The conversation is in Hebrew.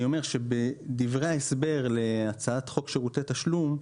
אני אומר שבדברי ההסבר להצעת חוק שירותי תשלום,